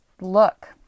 look